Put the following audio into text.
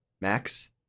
Max